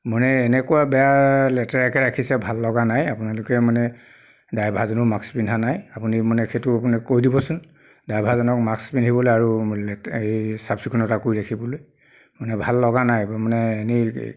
মানে এনেকুৱা বেয়া লেতেৰাকৈ ৰাখিছে ভাল লগা নাই আপোনালোকে মানে ড্ৰাইভাৰজনেও মাক্স পিন্ধা নাই আপুনি মানে সেইটো আপুনি কৈ দিবচোন ড্ৰাইভাৰজনক মাক্স পিন্ধিবলৈ আৰু লেতে এই চাফ চিকুনতা কৰি ৰাখিবলৈ মানে ভাল লগা নাই মানে এনেই